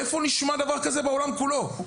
איפה נשמע דבר כזה בעולם כולו?